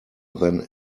than